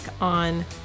on